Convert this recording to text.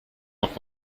auch